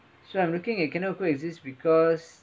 so I'm looking at coexist because